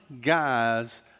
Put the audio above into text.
guys